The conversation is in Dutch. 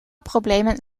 problemen